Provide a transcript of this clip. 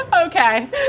Okay